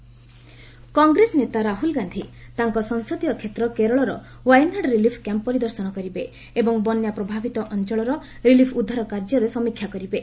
Rahul Wayanad flood Congress ନେତା ରାହୂଲ ଗାନ୍ଧୀ ତାଙ୍କ ସଂସଦୀୟ କ୍ଷେତ୍ର କେରଳର ୱାଏନାଡ୍ ରିଲିଫ କ୍ୟାମ୍ପ ପରିଦର୍ଶନ କରିବେ ଏବଂ ବନ୍ୟା ପ୍ରଭାବିତ ଅଞ୍ଚଳର ରିଲିଫ ଉଦ୍ଧାର କାର୍ଯ୍ୟର ସମୀକ୍ଷା କରିବେ